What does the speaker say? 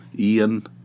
Ian